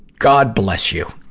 god bless you!